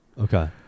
Okay